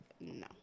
No